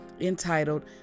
entitled